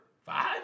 five